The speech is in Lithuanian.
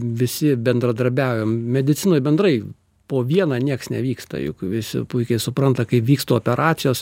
visi bendradarbiaujam medicinoj bendrai po vieną nieks nevyksta juk visi puikiai supranta kaip vyksta operacijos